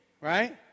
right